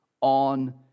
on